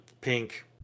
pink